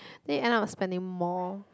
then you end up spending more